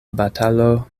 batalo